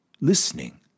listening